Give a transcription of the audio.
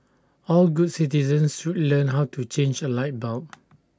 all good citizens should learn how to change A light bulb